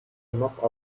mop